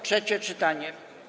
Trzecie czytanie.